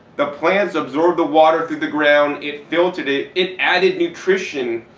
the plants absorb the water through the ground, it filtered it, it added nutrition,